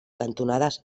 cantonades